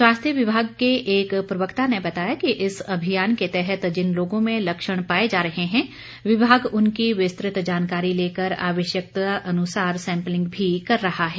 स्वास्थ्य विभाग के एक प्रवक्ता ने बताया कि इस अभियान के तहत जिन लोगों में लक्षण पाए जा रहे हैं विभाग उनकी विस्तृत जानकारी लेकर आवश्यकता अनुसार सैंपलिंग भी कर रहा है